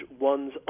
one's